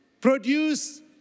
produce